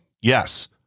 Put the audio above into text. Yes